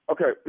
Okay